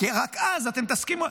כי רק אז אתם תסכימו.